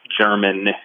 German